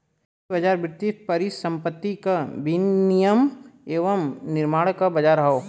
वित्तीय बाज़ार वित्तीय परिसंपत्ति क विनियम एवं निर्माण क बाज़ार हौ